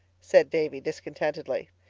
said davy discontentedly.